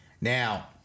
now